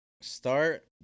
Start